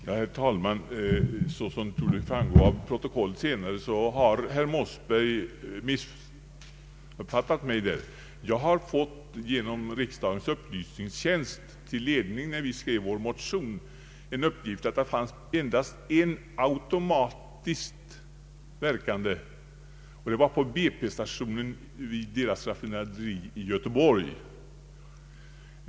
Herr talman! Såsom torde framgå av protokollet senare, har herr Mossberger missuppfattat mig. Till ledning när motionen skrevs fick jag genom riksdagens upplysningstjänst uppgiften att det i Sverige finns endast en automatiskt verkande mätstation, nämligen vid BP:s raffinaderi i Göteborg.